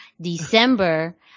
December